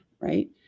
right